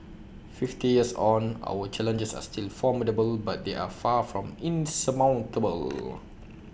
fifty years on our challenges are still formidable but they are far from insurmountable